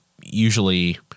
usually